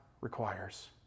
requires